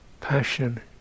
passion